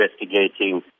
investigating